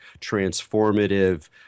transformative